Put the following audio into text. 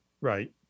Right